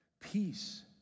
Peace